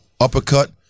uppercut